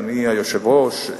אדוני היושב-ראש,